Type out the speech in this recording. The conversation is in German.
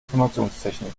informationstechnik